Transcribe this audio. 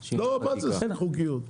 לא, מה זה חוקיות?